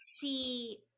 see